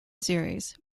series